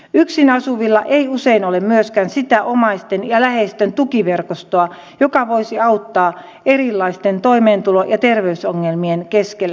yksin asuvilla ei usein ole myöskään sitä omaisten ja läheisten tukiverkostoa joka voisi auttaa erilaisten toimeentulo ja terveysongelmien keskellä